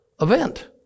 event